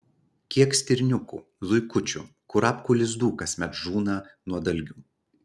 kiek stirniukų zuikučių kurapkų lizdų kasmet žūna nuo dalgių